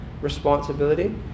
responsibility